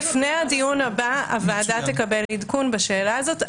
לפני הדיון הבא הוועדה תקבל עדכון בשאלה הזאת.